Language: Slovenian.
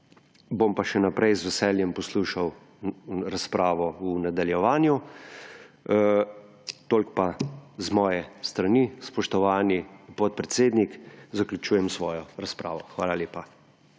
Bom pa še naprej z veseljem poslušal razpravo v nadaljevanju. Toliko pa z moje strani. Spoštovani podpredsednik, zaključujem svojo razpravo. Hvala lepa.